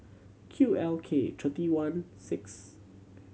Q L K thirty one six